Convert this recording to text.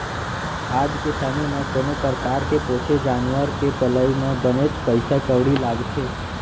आज के समे म कोनो परकार के पोसे जानवर के पलई म बनेच पइसा कउड़ी लागथे